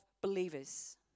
believers